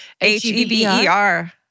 H-E-B-E-R